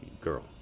girl